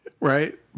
Right